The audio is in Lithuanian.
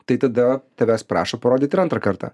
tai tada tavęs prašo parodyt ir antrą kartą